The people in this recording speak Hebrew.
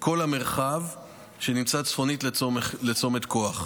בכל המרחב שנמצא צפונית לצומת כ"ח,